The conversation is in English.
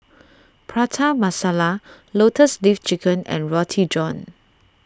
Prata Masala Lotus Leaf Chicken and Roti John